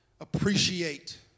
appreciate